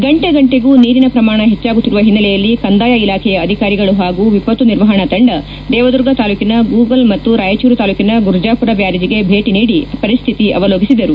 ಗಂಟೆ ಗಂಟೆಗೂ ನೀರಿನ ಪ್ರಮಾಣ ಹೆಚ್ಚಾಗುತ್ತಿರುವ ಹಿನ್ನೆಲೆಯಲ್ಲಿ ಕಂದಾಯ ಇಲಾಖೆಯ ಅಧಿಕಾರಿಗಳು ಹಾಗೂ ವಿಪತ್ತು ನಿರ್ವಹಣಾ ತಂಡ ದೇವದುರ್ಗ ತಾಲೂಕಿನ ಗೂಗಲ್ ಮತ್ತು ರಾಯಚೂರು ತಾಲೂಕಿನ ಗುರ್ಜಾಪುರ ಬ್ಯಾರೆಜ್ಗೆ ಭೇಟ ನೀಡಿ ಪರಿಸ್ವಿತಿ ಅವಲೋಕಿಸಿದರು